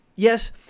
Yes